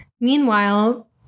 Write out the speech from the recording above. Meanwhile